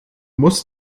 muss